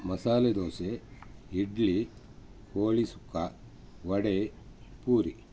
ಮಸಾಲೆ ದೋಸೆ ಇಡ್ಲಿ ಕೋಳಿ ಸುಕ್ಕ ವಡೆ ಪೂರಿ